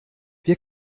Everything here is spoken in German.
wir